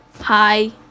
hi